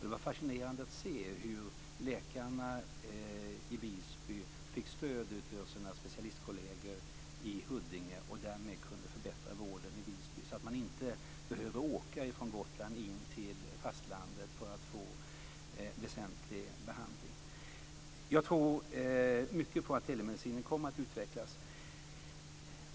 Det var fascinerande att se hur läkarna i Visby fick stöd av sina specialistkolleger i Huddinge och därmed kunde förbättra vården i Visby. Man behövde då inte åka från Gotland in till fastlandet för att få väsentlig behandling. Jag tror mycket på att telemedicinen kommer att utvecklas.